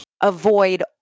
avoid